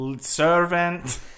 servant